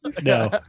no